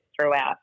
throughout